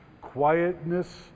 quietness